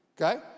Okay